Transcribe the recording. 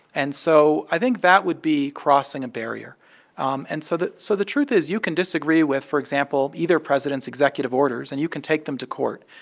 and so i think that would be crossing a barrier um and so so the truth is you can disagree with, for example, either president's executive orders, and you can take them to court.